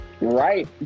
right